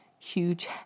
huge